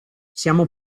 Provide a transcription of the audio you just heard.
siamo